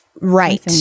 right